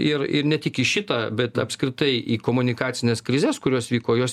ir ir ne tik į šitą bet apskritai į komunikacines krizes kurios vyko jos